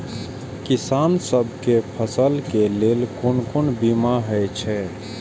किसान सब के फसल के लेल कोन कोन बीमा हे छे?